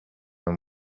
and